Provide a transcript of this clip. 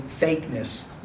fakeness